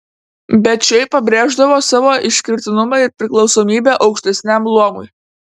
bet šiaip pabrėždavo savo išskirtinumą ir priklausomybę aukštesniam luomui